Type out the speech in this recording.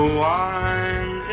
wine